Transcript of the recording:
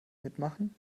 mitmachen